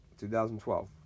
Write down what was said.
2012